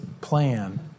plan